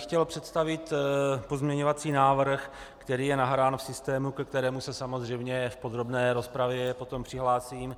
Chtěl bych představit pozměňovací návrh, který je nahrán v systému, ke kterému se samozřejmě v podrobné rozpravě potom přihlásím.